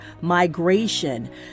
Migration